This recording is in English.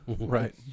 right